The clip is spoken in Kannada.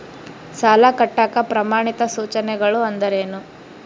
ಸಾಲ ಕಟ್ಟಾಕ ಪ್ರಮಾಣಿತ ಸೂಚನೆಗಳು ಅಂದರೇನು?